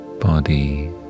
body